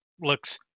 looks